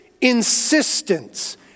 insistence